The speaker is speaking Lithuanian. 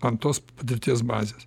ant tos patirties bazės